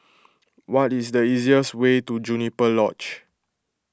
what is the easiest way to Juniper Lodge